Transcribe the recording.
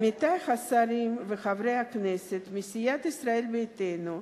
עמיתי השרים וחברי הכנסת מסיעת ישראל ביתנו,